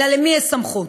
אלא למי יש סמכות.